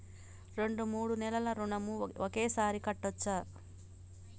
రెండు మూడు నెలల ఋణం ఒకేసారి కట్టచ్చా?